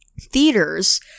theaters